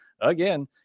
again